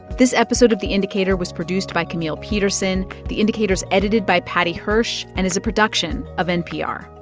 this episode of the indicator was produced by camille petersen. the indicator's edited by paddy hirsch and is a production of npr